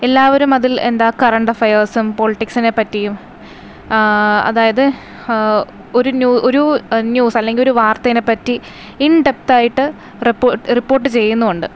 എല്ലാവരും അതിൽ എന്താണ് കറണ്ട് അഫയേഴ്സും പൊളിറ്റിക്സിനെ പറ്റിയും അതായത് ഒരു ഒരു ന്യൂസ് അല്ലെങ്കിൽ ഒരു വാർത്തയെ പറ്റി ഇൻ ഡെപ്ത്ത് ആയിട്ട് റിപ്പോട്ട് ചെയ്യുന്നുമുണ്ട്